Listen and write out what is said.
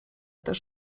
też